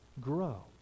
grow